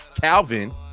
Calvin